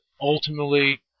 ultimately